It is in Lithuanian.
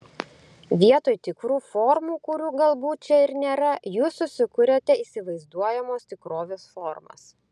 vietoj tikrų formų kurių galbūt čia ir nėra jūs susikuriate įsivaizduojamos tikrovės formas